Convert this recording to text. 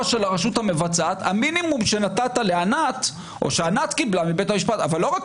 של הרשות המבצעת המינימום שנתת לענת או שענת קיבלה מבית המשפט אבל לא רק